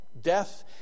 Death